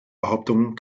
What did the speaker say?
behauptungen